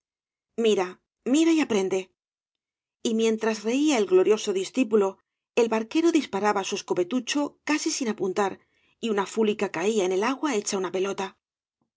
mira mira y aprende y mientras reía el glorioso discípulo el barquero disparaba su escopetucho casi sin apuntar y una fúlica caía en el agua hecha una pelota